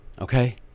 okay